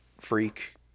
freak